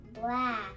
Black